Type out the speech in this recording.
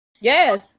Yes